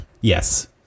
Yes